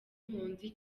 impunzi